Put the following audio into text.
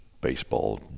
baseball